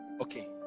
okay